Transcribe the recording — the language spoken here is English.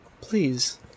please